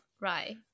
right